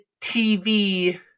TV